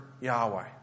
Yahweh